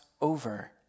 over